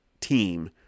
team